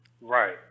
Right